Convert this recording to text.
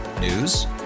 News